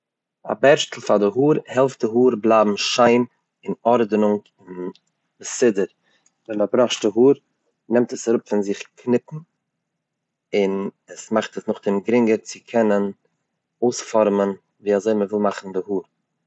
א בערשטל פאר די האר העלפט די האר בלייבן שיין און ארדענונג, מסודר, ווען מען בראשט די האר נעמט עס אראפ פון זיך קניפן און עס מאכט עס נאכדעם גרינגע רצו קענען אויספארעמען ווי אזוי מען וויל מאכן די האר.